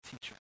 teacher